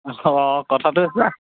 অঁ কথাটো